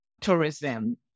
tourism